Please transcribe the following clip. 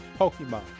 pokemon